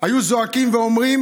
היו זועקים ואומרים: